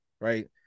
right